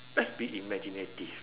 let's be imaginative